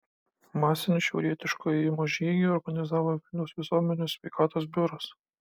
masinį šiaurietiško ėjimo žygį organizavo vilniaus visuomenės sveikatos biuras